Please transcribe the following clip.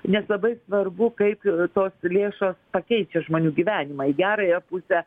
nes labai svarbu kaip tos lėšos pakeičia žmonių gyvenimą į gerąją pusę